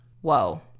Whoa